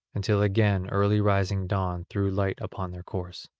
until again early rising dawn threw light upon their course.